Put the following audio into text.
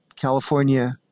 California